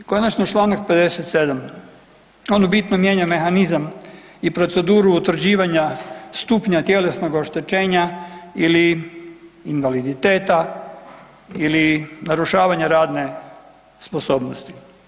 I konačno čl. 57., on u bitnom mijenja mehanizam i proceduru utvrđivanja stupnja tjelesnog oštećenja ili invaliditeta ili narušavanja radne sposobnosti.